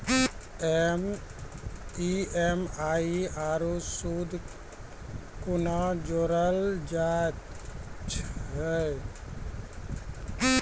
EMI आरू सूद कूना जोड़लऽ जायत ऐछि?